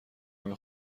همه